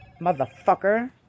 Motherfucker